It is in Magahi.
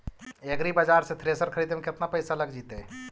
एग्रिबाजार से थ्रेसर खरिदे में केतना पैसा लग जितै?